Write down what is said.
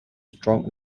strong